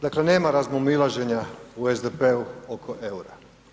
Dakle nema razmimoilaženja u SDP-u oko eura.